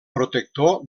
protector